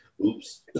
Oops